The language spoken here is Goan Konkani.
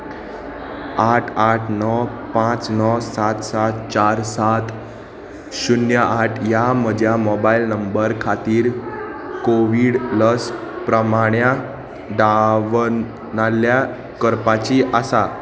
आठ आठ णव पांच णव सात सात चार सात शुन्य आठ ह्या म्हज्या मोबायल नंबर खातीर कोवीड लस प्रमाणें दावनाल्या करपाची आसा